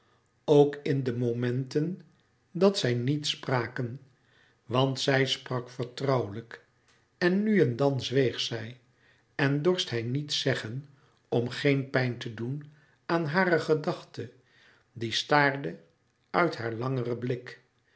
ook in de momenten dat zij niet spraken want zij sprak vertrouwelijk en nu en dan zweeg zij en dorst hij niet zeggen om geen pijn te doen aan hare gedachte die staarde uit haar langeren blik